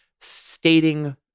stating